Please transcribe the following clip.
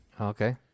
Okay